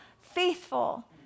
faithful